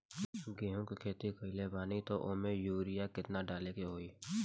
गेहूं के खेती कइले बानी त वो में युरिया केतना डाले के होई?